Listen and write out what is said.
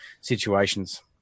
situations